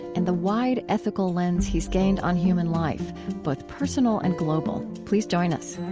and the wide ethical lens he's gained on human life both personal and global. please join us